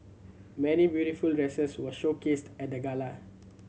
many beautiful dresses were showcased at the gala